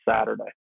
Saturday